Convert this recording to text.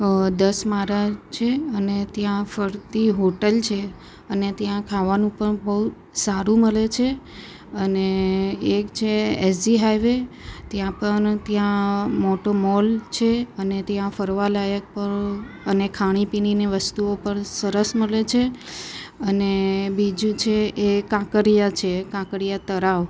દસ માળા છે અને ત્યાં ફરતી હોટલ છે અને ત્યાં ખાવાનું પણ બહુ સારું મળે છે અને એક છે એસજી હાઇવે ત્યાં પણ ત્યાં મોટું મોલ છે અને ત્યાં ફરવા લાયક અને ખાણીપીણીને વસ્તુઓ પર સરસ મળે છે અને બીજું છે એ કાંકરિયા છે કાંકરિયા તળાવ